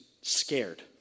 Scared